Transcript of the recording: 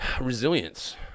resilience